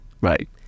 right